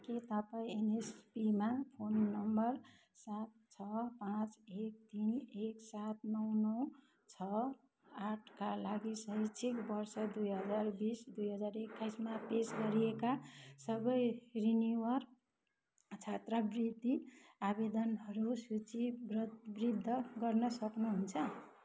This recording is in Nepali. के तपाईँ एनएसपीमा फोन नम्बर सात छ पाँच एक तिन एक सात नौ नौ छ आठका लागि शैक्षिक वर्ष दुई हजार बिस दुई हजार एक्काइसमा पेश गरिएका सबै रिनिवल छात्रावृत्ति आवेदनहरू सुचिवद्ध गर्न सक्नुहुन्छ